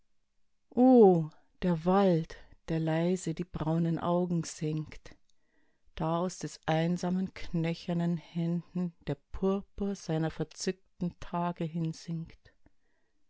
der wald der leise die braunen augen senkt da aus des einsamen knöchernen händen der purpur seiner verzückten tage